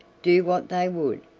do what they would,